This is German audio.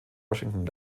washington